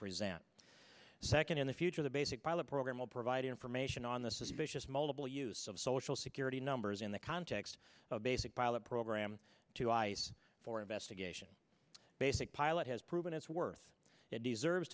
present second in the future the basic pilot program will provide information on the suspicious multiple use of social security numbers in the context of basic pilot program to ice for investigation basic pilot has proven its worth it deserves